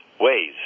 ways